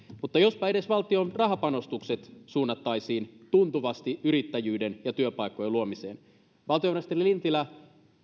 mutta jospa edes valtion rahapanostukset suunnattaisiin tuntuvasti yrittäjyyteen ja työpaikkojen luomiseen valtiovarainministeri lintilä